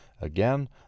again